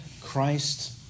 Christ